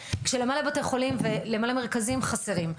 כשלמלא בתי חולים ולמלא מרכזים חסרים.